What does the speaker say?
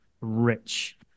rich